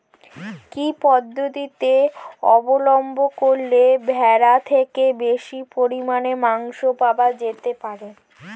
কি পদ্ধতিতে অবলম্বন করলে ভেড়ার থেকে বেশি পরিমাণে মাংস পাওয়া যেতে পারে?